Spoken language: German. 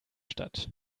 stadt